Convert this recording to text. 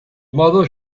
mother